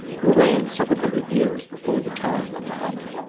who reigned seven hundred years before the time of mahomet.